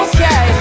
Okay